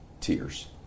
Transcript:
tears